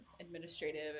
administrative